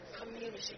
community